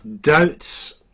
doubts